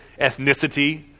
ethnicity